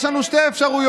יש לנו שתי אפשרויות,